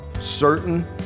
certain